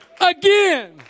Again